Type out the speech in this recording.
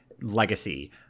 legacy